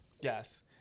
yes